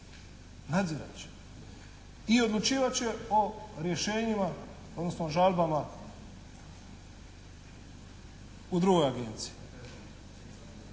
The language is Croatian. Nadzirat će i odlučivat će o rješenjima odnosno o žalbama u drugoj agenciji.